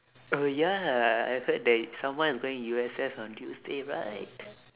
oh ya I heard that someone is going U_S_S on tuesday right